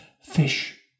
fish